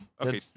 okay